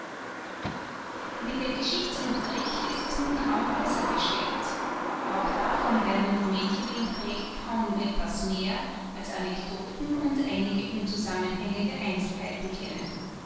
mit dem geschichtsunterricht ist es nun kaum besser bestellt auch davon lernen die mädchen in der regel kaum etwas mehr als anecdoten und einige unzusammenhängende einzelheiten kennen